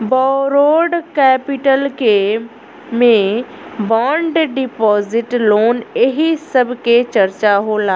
borrowed capital के में bond deposit loan एही सब के चर्चा होला